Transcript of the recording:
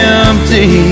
empty